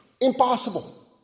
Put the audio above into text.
impossible